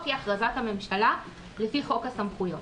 היא הכרזת הממשלה לפי חוק הסמכויות.